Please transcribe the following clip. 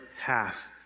half